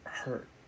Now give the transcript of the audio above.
Hurt